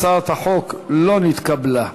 הצעת החוק לא נתקבלה.